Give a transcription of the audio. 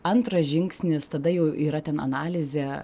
antras žingsnis tada jau yra ten analizė